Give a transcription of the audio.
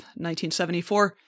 1974